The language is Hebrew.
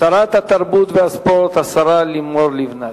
שרת התרבות והספורט, השרה לימור לבנת.